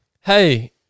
Hey